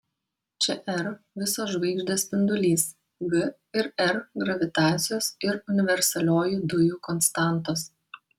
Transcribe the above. čia r visos žvaigždės spindulys g ir r gravitacijos ir universalioji dujų konstantos